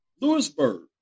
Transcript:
Lewisburg